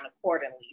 accordingly